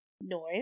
Noise